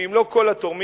ואם לא כל התורמים,